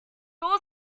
all